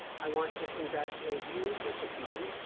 i want to congratulate you, bishop eaton,